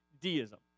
deism